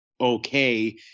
okay